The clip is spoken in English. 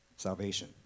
salvation